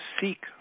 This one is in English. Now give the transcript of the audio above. seek